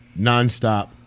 Nonstop